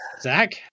Zach